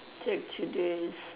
take today's